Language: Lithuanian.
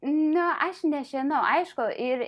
nu aš nežinau aišku ir